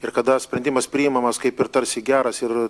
ir kada sprendimas priimamas kaip ir tarsi geras ir